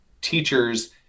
teachers